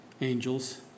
angels